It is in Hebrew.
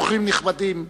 אורחים נכבדים,